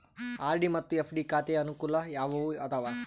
RD ಮತ್ತು FD ಖಾತೆಯ ಅನುಕೂಲ ಯಾವುವು ಅದಾವ?